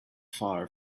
far